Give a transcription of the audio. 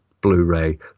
Blu-ray